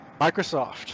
Microsoft